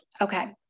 Okay